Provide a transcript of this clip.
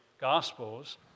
Gospels